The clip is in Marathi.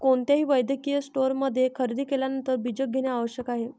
कोणत्याही वैद्यकीय स्टोअरमध्ये खरेदी केल्यानंतर बीजक घेणे आवश्यक आहे